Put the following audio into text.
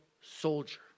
soldier